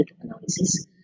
analysis